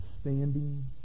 standing